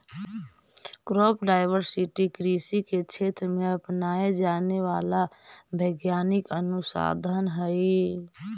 crop diversity कृषि के क्षेत्र में अपनाया जाने वाला वैज्ञानिक अनुसंधान हई